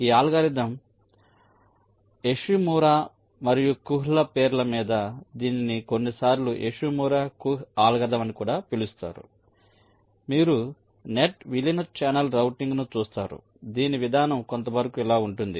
ఈ algorithm Yoshimura మరియు Kuh ల పేర్ల మీద దీనిని కొన్నిసార్లు యోషిమురా కుహ్ అల్గోరిథం అని కూడా పిలుస్తారు మీరు నెట్ విలీన ఛానల్ రౌటింగ్ను చూస్తారు దీన్ని విధానం కొంతవరకు ఇలా ఉంటుంది